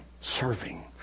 serving